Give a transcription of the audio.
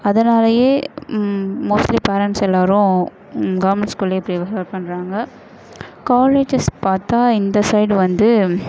அதனாலேயே mostly parents எல்லோரும் government ஸ்கூலிலையே ப்ரீஃபர் பண்ணுறாங்க காலேஜஸ் பார்த்தா இந்த சைடு வந்து